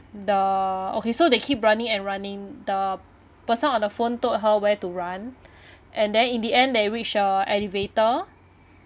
the okay so they keep running and running the person on the phone told her where to run and then in the end they reach a elevator